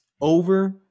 over